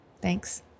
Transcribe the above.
Thanks